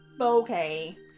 Okay